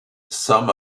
some